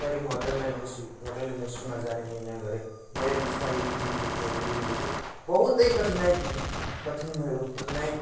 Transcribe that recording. त्यहाँदेखि होटेलमा industry hotel इन्डस्ट्रीमा जाने निर्णय गरेँ गएँ बिस्तारी एक दिन बित्यो दुई दिन बित्यो बहुतै कठिनाइ भयो कठिन कठिनाइ